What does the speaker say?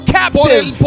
captive